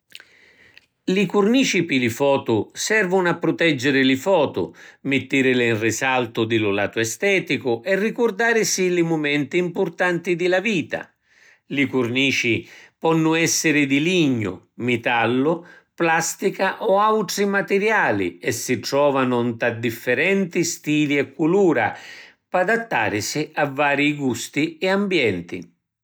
Li curnici pi li fotu servunu a pruteggiri li fotu, mittirili in risaltu di lu latu esteticu, e ricurdarisi li mumenti impurtanti di la vita. Li curnici ponnu essiri di lignu, mitallo, plastica o autri matiriali e si trovanu nta diffirenti stili e culura p’adattarisi a varii gusti e ambienti.